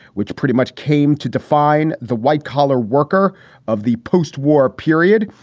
which pretty much came to define the white collar worker of the postwar period?